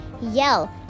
yell